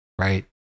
right